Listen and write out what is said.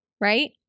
Right